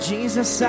Jesus